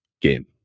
game